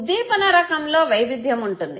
ఉద్దీపన రకంలో వైవిధ్యం ఉంటుంది